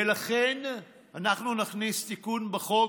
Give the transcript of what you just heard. ולכן אנחנו נכניס תיקון בחוק,